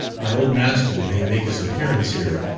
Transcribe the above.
my old master may make his appearance here,